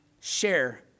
share